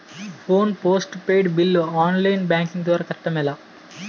Phone postpaid bill online banking ద్వారా కట్టడం ఎలా?